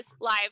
live